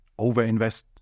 overinvest